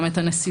גם את הנסיבות,